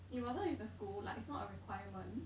it wasn't with the school like it's not a requirement